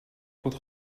goed